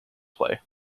play